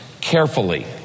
carefully